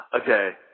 Okay